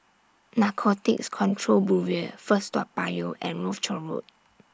Narcotics Control Bureau First Toa Payoh and Rochor Road